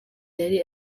yari